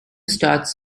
starts